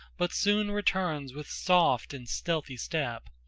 but soon returns with soft and stealthy step,